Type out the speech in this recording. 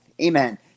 Amen